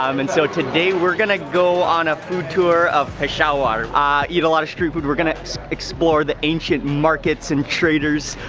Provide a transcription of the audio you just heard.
um and so today we're gonna go on a food tour of peshawar, ah eat a lot of street food. we're gonna explore the ancient markets and traders.